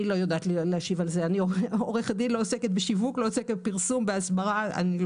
אני עורכת דין, לא עוסקת בשיווק ובהסברה ובפרסום.